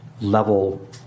level